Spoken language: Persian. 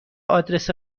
آدرس